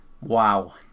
wow